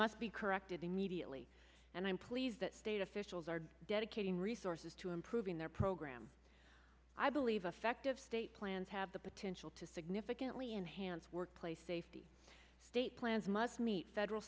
must be corrected immediately and i'm pleased that state officials are dedicating resources to improving their program i believe affective state plans have the potential to significantly enhance workplace safety state plans must meet federal